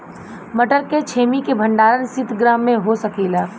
मटर के छेमी के भंडारन सितगृह में हो सकेला?